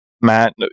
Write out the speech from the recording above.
Matt